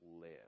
live